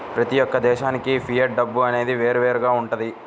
ప్రతి యొక్క దేశానికి ఫియట్ డబ్బు అనేది వేరువేరుగా వుంటది